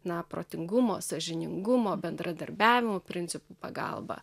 na protingumo sąžiningumo bendradarbiavimo principų pagalba